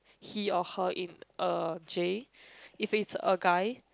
he or her in uh J if it's a guy